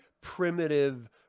primitive